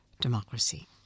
democracy